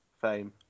fame